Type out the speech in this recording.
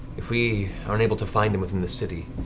if we aren't able to find him within the city,